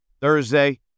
Thursday